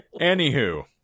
Anywho